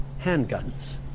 handguns